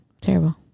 Terrible